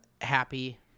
happy